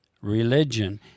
religion